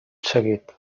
seguit